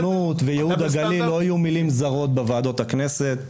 -- וציונות וייהוד הגליל לא יהיו מילים זרות בוועדות הכנסת,